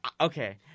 okay